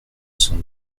cent